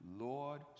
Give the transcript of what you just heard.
Lord